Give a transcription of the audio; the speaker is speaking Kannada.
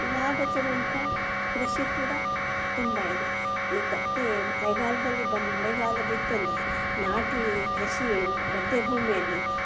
ಲಾಭ ತರುವಂಥ ಕೃಷಿ ಕೂಡ ತುಂಬ ಇದೆ ಈ ಗದ್ದೆ ಮಳೆಗಾಲದಲ್ಲಿ ಬಂದು ಮಳೆಗಾಲ ಬಿತ್ತು ಅಂದರೆ ನಾಟಿ ಕೃಷಿ ಗದ್ದೆ ಭೂಮಿಯಲ್ಲಿ